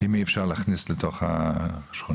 אם אי אפשר להכניס לתוך השכונות.